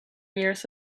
years